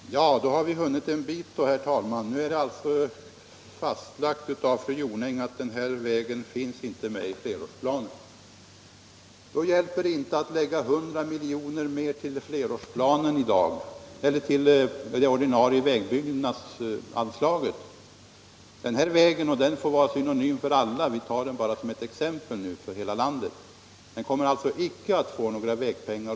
Herr talman! Då har vi hunnit en bit eftersom fru Jonäng fastlagt att den här vägen inte är med i flerårsplanen. Då hjälper det inte att vi beslutar om 100 miljoner mer till det ordinarie vägbyggnadsanslaget i dag. Den här vägen -— vi låter den stå som ett exempel för även andra vägar i hela landet — kommer alltså inte att få några vägpengar.